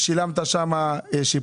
כמו שאמרנו, מדובר בדיווח מאוד פשוט.